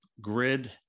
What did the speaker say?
grid